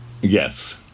Yes